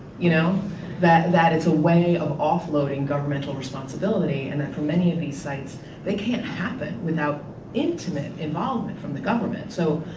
you know that that it's a way of offloading governmental responsibility. and that for many of these sites they can't happen without intimate involvement from the government. so